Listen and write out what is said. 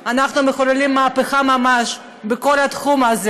אנחנו מחוללים מהפכה ממש בכל התחום הזה.